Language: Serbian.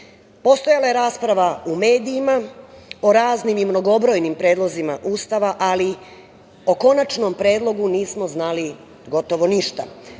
Postojala je rasprava u medijima, o raznim i mnogobrojnim predlozima Ustava, ali o konačnom predlogu nismo znali gotovo ništa.